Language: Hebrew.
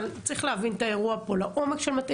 אבל צריך להבין את האירוע פה לעומק של מטה